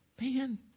man